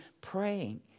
praying